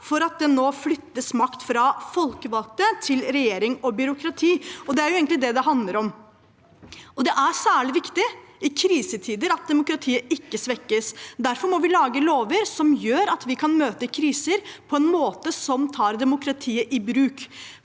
for at det nå flyttes makt fra folkevalgte til regjering og byråkrati. Det er jo egentlig det det handler om. Det er særlig viktig i krisetider at demokratiet ikke svekkes. Derfor må vi lage lover som gjør at vi kan møte kriser på en måte som tar demokratiet i bruk,